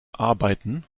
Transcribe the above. arbeiten